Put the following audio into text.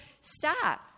Stop